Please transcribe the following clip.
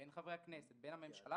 בין חברי הכנסת והממשלה